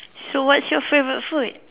so what's your favorite food